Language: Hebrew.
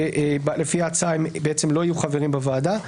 כשלפי ההצעה הם לא יהיו חברים בוועדה.